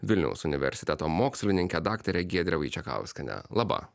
vilniaus universiteto mokslininkė daktarė giedrė vaičekauskienė laba